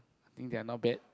think they are not bad